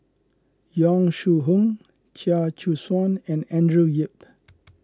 Yong Shu Hoong Chia Choo Suan and Andrew Yip